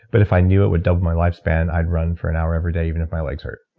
but if i knew it would double my lifespan, i'd run for an hour every day, even if my legs hurt.